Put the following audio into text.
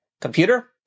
Computer